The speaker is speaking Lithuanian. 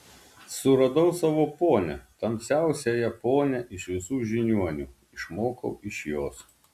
suradau savo ponią tamsiausiąją ponią iš visų žiniuonių išmokau iš jos